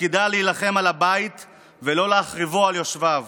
שתפקידה להילחם על הבית ולא להחריבו על יושביו.